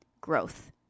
growth